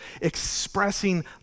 expressing